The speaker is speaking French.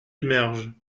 émergent